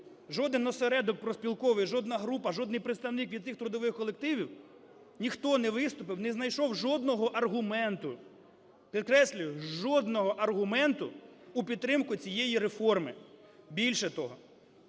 жоден осередок профспілковий, жодна група, жодний представник від тих трудових колективів - ніхто не виступив, не знайшов жодного аргументу, підкреслюю, жодного аргументу у підтримку цієї реформи. Більше того,